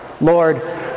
Lord